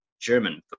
German